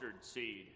seed